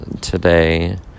today